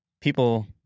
people